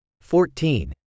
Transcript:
fourteen